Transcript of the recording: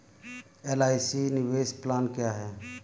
LIC निवेश plan क्या है?